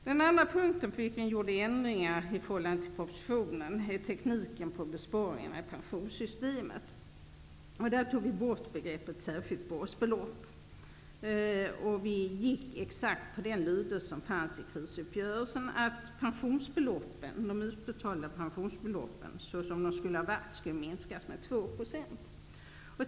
Den andra punkt på vilken vi har gjort ändringar i förhållande till propositionen gäller den teknik med vilken besparingarna i pensionssystemet görs. Vi har föreslagit att begreppet ''särskilt basbelopp'' tas bort. Vi följer exakt krisuppgörelsens lydelse om att det pensionsbelopp som skulle ha utbetalats skulle minskas med 2 %.